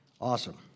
Awesome